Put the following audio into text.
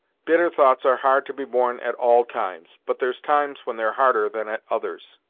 bitter thoughts are hard to be borne at all times, but there's times when they're harder than at others.